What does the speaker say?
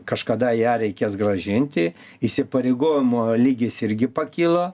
kažkada ją reikės grąžinti įsipareigojimo lygis irgi pakilo